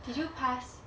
did you pass